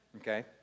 Okay